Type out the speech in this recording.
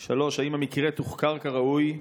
3. האם המקרה תוחקר כראוי?